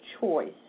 choice